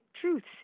truths